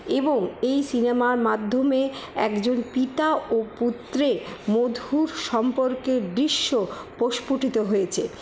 এবং এই সিনেমার মাধ্যমে একজন পিতা ও পুত্রের মধুর সম্পর্কের দৃশ্য প্রস্ফুটিত হয়েছে